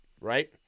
right